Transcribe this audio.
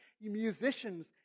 musicians